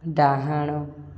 ଡାହାଣ